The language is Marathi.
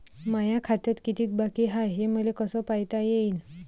माया खात्यात कितीक बाकी हाय, हे मले कस पायता येईन?